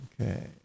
Okay